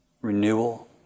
renewal